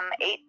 eight